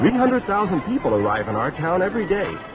hundred thousand people arrive in our town every day!